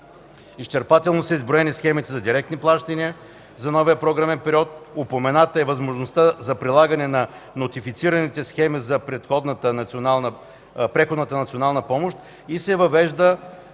Изчерпателно са изброени схемите за директни плащания за новия програмен период, упомената е възможността за прилагане на нотифицираните схеми за преходна национална помощ и се въвежда